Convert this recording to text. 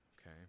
Okay